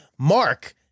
Mark